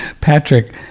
Patrick